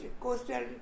coastal